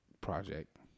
project